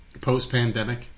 post-pandemic